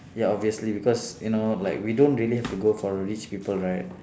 ya obviously because you know like we don't really have to go for rich people right